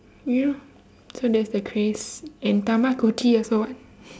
ya so that's the craze and tamagotchi also [what]